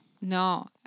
No